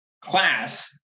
class